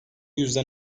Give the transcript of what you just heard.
yüzden